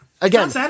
again